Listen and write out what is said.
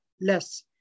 less